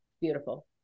beautiful